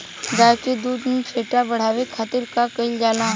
गाय के दूध में फैट बढ़ावे खातिर का कइल जाला?